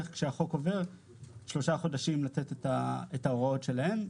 כשהחוק עובר כשלושה חודשים לתת את ההוראות שלהם.